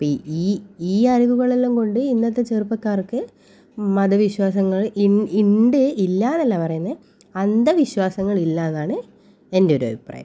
അപ്പം ഈ ഈ അറിവുകളെല്ലാം കൊണ്ട് ഇന്നത്തെ ചെറുപ്പക്കാർക്ക് മതവിശ്വാസങ്ങൾ ഇൺ ഉണ്ട് ഇല്ലാന്നല്ല പറയുന്നത് അന്ധവിശ്വാസങ്ങൾ ഇല്ലാന്നാണ് എൻ്റെ ഒരഭിപ്രായം